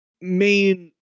main